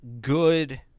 good